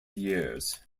years